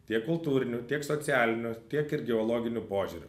tiek kultūriniu tiek socialiniu tiek ir geologiniu požiūriu